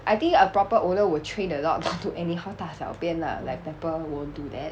I think a proper owner will train the dog not to anyhow 大小便 lah like pepper won't do that